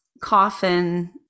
coffin